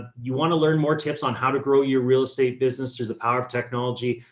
ah you want to learn more tips on how to grow your real estate business or the power of technology,